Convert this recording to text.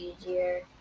easier